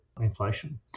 inflation